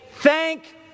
thank